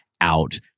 out